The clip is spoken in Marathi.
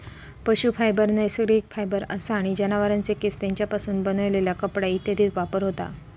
पशू फायबर नैसर्गिक फायबर असा आणि जनावरांचे केस, तेंच्यापासून बनलेला कपडा इत्यादीत वापर होता